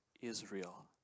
Israel